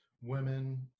women